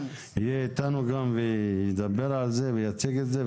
יהיה אתנו גם וידבר על זה ויציג את זה,